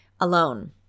alone